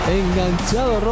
enganchado